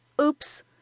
Oops